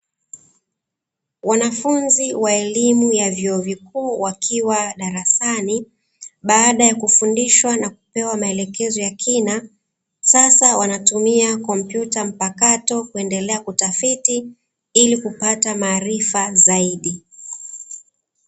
Wanafunzi wa elimu ya chuo kikuu wakiwa darasani baada ya kufundishwa na kupewa maelezo ya kina, sasa wanatumia komputa mpakato kuendelea kutafiti ili kupata maarifa zaidi.